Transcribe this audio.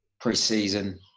pre-season